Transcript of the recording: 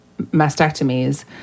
mastectomies